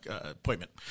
appointment